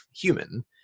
human